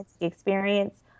experience